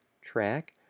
track